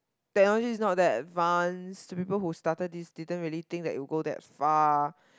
technology is not that advanced to people who started this didn't really think that it would go that far